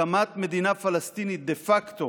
הקמת מדינה פלסטינית דה פקטו